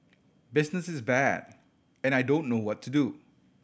business is bad and I don't know what to do